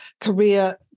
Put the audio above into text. career